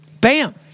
Bam